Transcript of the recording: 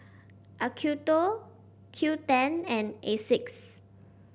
Acuto Qoo ten and Asics